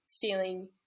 feeling